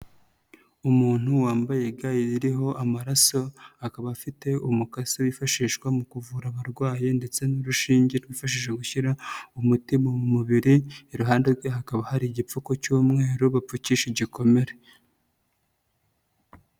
Umuntu wambayegare ririho amaraso, akaba afite umukase wifashishwa mu kuvura abarwayi ndetse n'urushinge rufashije gushyira umutima mu mubiri, iruhande rwe hakaba hari igipfuku cy'umweru bapfukisha igikomere.